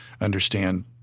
understand